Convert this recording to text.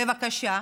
בבקשה,